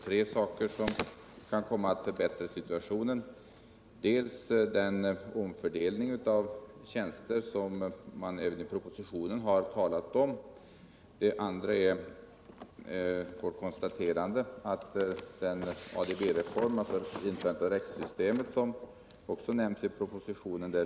| Tre saker kan komma att förbättra situationen. Den första är den omfördelning av tjänster som man i propositionen talat om. Den andra är den ADB-reform som också nämns i propositionen.